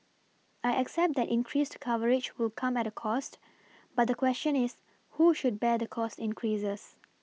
I accept that increased coverage will come at a cost but the question is who should bear the cost increases